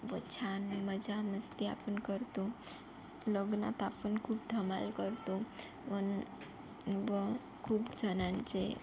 व छान मजामस्ती आपण करतो लग्नात आपण खूप धमाल करतो व खूप जणांचे